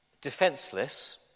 defenseless